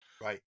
Right